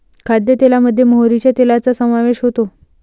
खाद्यतेलामध्ये मोहरीच्या तेलाचा समावेश होतो